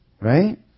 Right